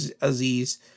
Aziz